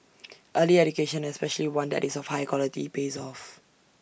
early education especially one that is of high quality pays off